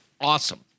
awesome